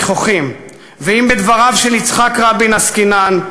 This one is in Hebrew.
ואם בדבריו של יצחק רבין עסקינן,